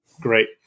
Great